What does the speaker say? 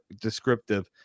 descriptive